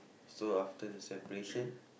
so after the separation